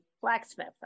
blacksmith